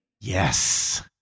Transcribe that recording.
Yes